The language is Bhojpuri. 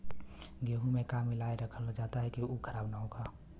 गेहूँ में का मिलाके रखल जाता कि उ खराब न हो?